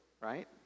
Right